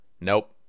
Nope